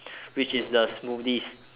which is the smoothies